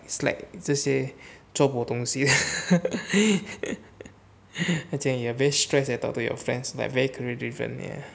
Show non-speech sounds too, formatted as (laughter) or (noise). is like 这些做过东西 (laughs) 他讲 very stress eh talking to your friends very career driven ya